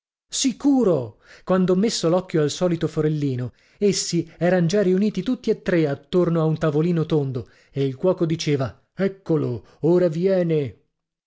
spiritisti sicuro quand'ho messo l'occhio al solito forellino essi eran già riuniti tutti e tre attorno a un tavolino tondo e il cuoco diceva eccolo ora viene